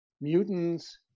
mutants